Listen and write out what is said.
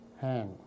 hand